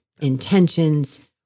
intentions